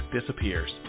disappears